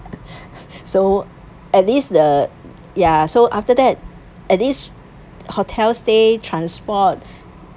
so at least the ya so after that at least hotel stay transport